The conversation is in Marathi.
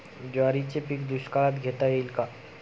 ज्वारीचे पीक दुष्काळात घेता येईल का?